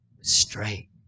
Straight